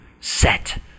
set